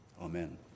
Amen